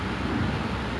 it's okay it's okay